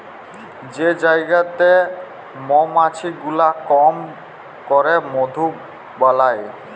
যে জায়গাতে মমাছি গুলা কাম ক্যরে মধু বালাই